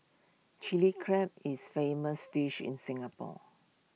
Chilli Crab is famous dish in Singapore